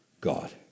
God